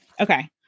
okay